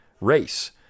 race